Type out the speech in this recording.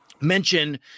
Mention